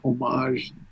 homage